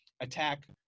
attack